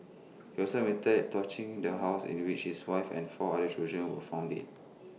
he also admitted torching the house in which his wife and four other children were found dead